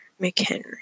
McHenry